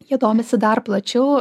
jie domisi dar plačiau